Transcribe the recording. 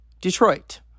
Detroit